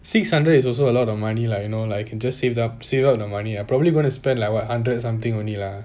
six hundred is also a lot of money lah you know like you can just save the save up the money I probably gonna spend like what hundred something only lah